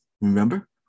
Remember